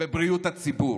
בבריאות הציבור.